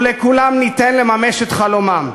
ולכולם ניתן לממש את חלומם,